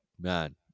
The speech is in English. man